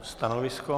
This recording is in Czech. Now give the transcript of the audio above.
Stanovisko?